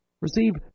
receive